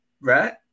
right